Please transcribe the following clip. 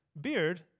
beard